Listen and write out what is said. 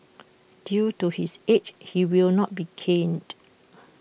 due to his age he will not be caned